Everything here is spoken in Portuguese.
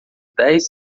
dez